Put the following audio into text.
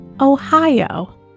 Ohio